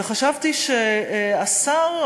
וחשבתי שהשר,